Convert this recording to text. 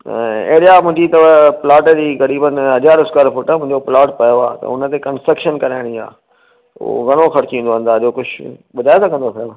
area मुंहिंजी अथव plot जी क़रीबनि हज़ार स्कवेर फुट मुंहिंजो प्लॉट पियो आहे त हुन ते कंस्ट्रकशन कराइणी आहे उहो घणो ख़र्चु ईंदो अंदाज़ो कुझु ॿुधाए सघंदुव साहिबु